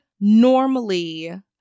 normally